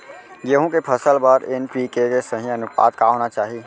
गेहूँ के फसल बर एन.पी.के के सही अनुपात का होना चाही?